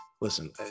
Listen